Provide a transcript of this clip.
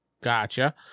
Gotcha